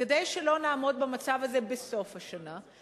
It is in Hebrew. כדי שלא נעמוד במצב הזה בסוף השנה,